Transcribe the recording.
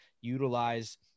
utilize